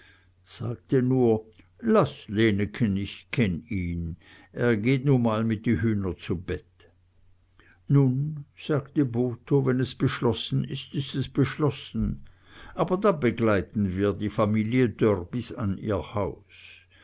sagte nur laß leneken ich kenn ihn er geht nu mal mit die hühner zu bett nun sagte botho wenn es beschlossen ist ist es beschlossen aber dann begleiten wir die familie dörr bis an ihr haus